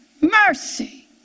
mercy